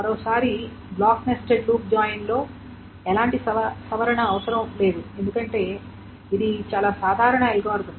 మరోసారి block nested loop జాయిన్లో ఎలాంటి సవరణ అవసరం లేదు ఎందుకంటే ఇది చాలా సాధారణ అల్గోరిథం